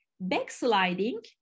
Backsliding